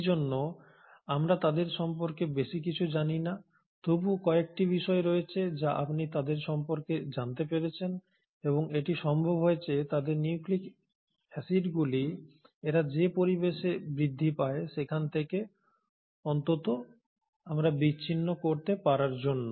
সেজন্য আমরা তাদের সম্পর্কে বেশি কিছু জানি না তবুও কয়েকটি বিষয় রয়েছে যা আপনি তাদের সম্পর্কে জানতে পেরেছেন এবং এটি সম্ভব হয়েছে তাদের নিউক্লিক অ্যাসিডগুলি এরা যে পরিবেশে বৃদ্ধি পায় সেখান থেকে অন্তত আমরা বিচ্ছিন্ন করতে পারার জন্য